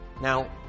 Now